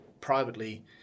privately